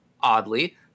oddly